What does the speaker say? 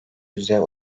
yüze